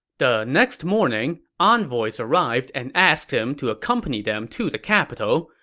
the next morning, envoys arrived and asked him to accompany them to the capital.